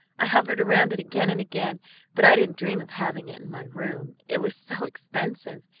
i hovered around it again and again but i didn't dream of having it in my room, it was so expensive.